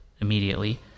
immediately